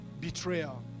betrayal